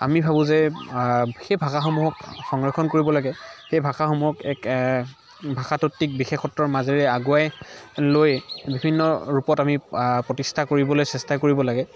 আমি ভাবোঁ যে সেই ভাষাসমূহক সংৰক্ষণ কৰিব লাগে সেই ভাষাসমূহক এক ভাষাতত্ত্বিক বিশেষত্বৰ মাজেৰে আগুৱাই লৈ বিভিন্ন ৰূপত আমি প্ৰতিষ্ঠা কৰিবলৈ চেষ্টা কৰিব লাগে